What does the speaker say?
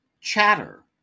Chatter